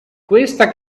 questa